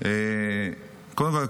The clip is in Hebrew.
קודם כול,